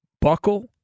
Buckle